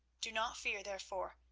do not fear, therefore,